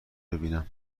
ببینم